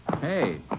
Hey